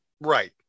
right